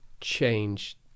change